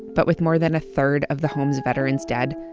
but with more than a third of the home's veterans dead,